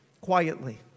quietly